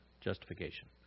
Justification